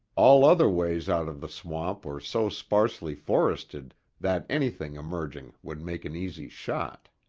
all other ways out of the swamp were so sparsely forested that anything emerging would make an easy shot.